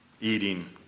eating